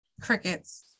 crickets